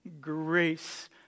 grace